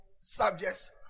subjects